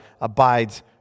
abides